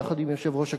יחד עם יושב-ראש הכנסת.